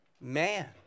man